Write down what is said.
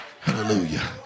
Hallelujah